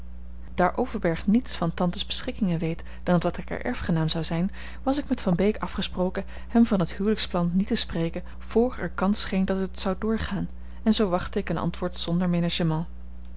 daar overberg niets van tantes beschikkingen weet dan dat ik haar erfgenaam zou zijn was ik met van beek afgesproken hem van het huwelijksplan niet te spreken voor er kans scheen dat het zou doorgaan en zoo wachtte ik een antwoord zonder menagement